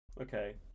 okay